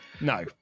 No